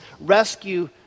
rescue